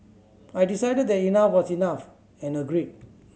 I decided that enough was enough and agreed